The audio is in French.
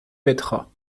mettra